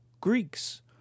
Greeks